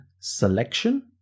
selection